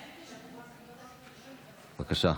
בבקשה.